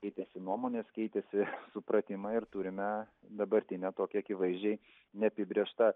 keitėsi nuomonės keitėsi supratimą ir turime dabartinę tokią akivaizdžiai neapibrėžtą